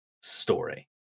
story